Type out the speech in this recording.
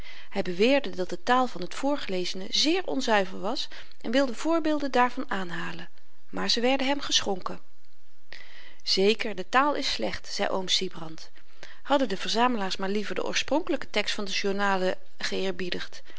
hy beweerde dat de taal van t voorgelezene zeer onzuiver was en wilde voorbeelden daarvan aanhalen maar ze werden hem geschonken zeker de taal is slecht zei oom sybrand hadden de verzamelaars maar liever den oorspronkelyken tekst van de